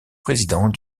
président